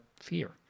fear